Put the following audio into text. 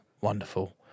wonderful